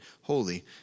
holy